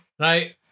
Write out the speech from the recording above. Right